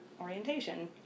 orientation